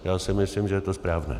A já si myslím, že je to správné.